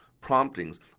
promptings